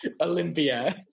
olympia